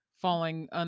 falling